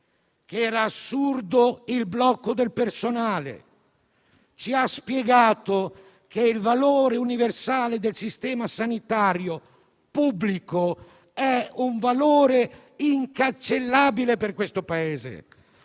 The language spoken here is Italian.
era assurdo il blocco del personale. Ci ha spiegato che il valore universale del Sistema sanitario pubblico è un valore incancellabile per questo Paese.